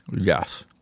Yes